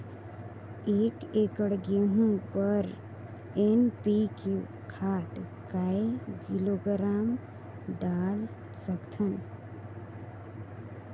एक एकड़ गहूं बर एन.पी.के खाद काय किलोग्राम डाल सकथन?